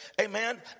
Amen